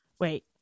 Wait